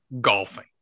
golfing